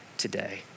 today